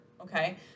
okay